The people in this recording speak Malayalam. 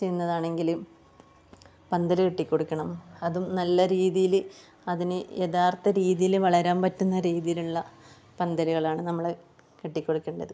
ചെയ്യുന്നതാണെങ്കിലും പന്തൽ കെട്ടിക്കൊടുക്കണം അതും നല്ല രീതിയിൽ അതിന് യഥാർത്ഥ രീതിയിൽ വളരാൻ പറ്റുന്ന രീതിയിലുള്ള പന്തലുകളാണ് നമ്മൾ കെട്ടി കൊടുക്കേണ്ടത്